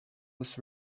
was